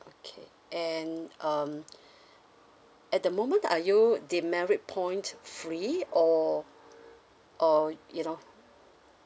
okay and um at the moment are you demerit point free or or you know